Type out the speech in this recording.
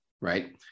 right